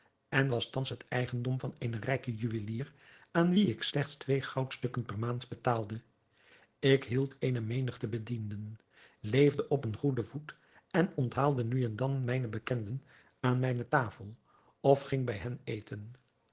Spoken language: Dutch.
en was thans het eigendom van eenen rijken juwelier aan wien ik slechts twee goudstukken per maand betaalde ik hield eene menigte bedienden leefde op een goeden voet en onthaalde nu en dan mijne bekenden aan mijne tafel of ging bij hen eten